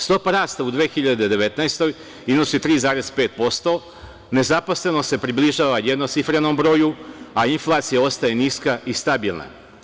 Stopa rasta u 2019. godini iznosi 3,5%, nezaposlenost se približava jednocifrenom broju, a inflacija ostaje niska i stabilna.